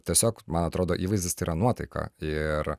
tiesiog man atrodo įvaizdis tai yra nuotaika ir